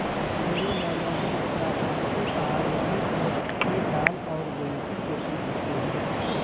मेरे मामाजी उत्तराखंड के पहाड़ों में उड़द के दाल और गेहूं की खेती करते हैं